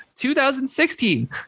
2016